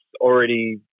already